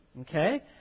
okay